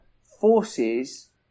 forces